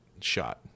shot